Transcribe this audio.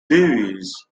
davis